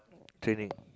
training